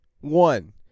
One